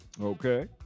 okay